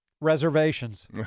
Reservations